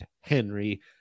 Henry